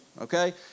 okay